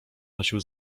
nosił